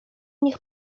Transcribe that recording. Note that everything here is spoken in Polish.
niech